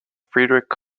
friedrich